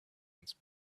once